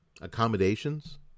accommodations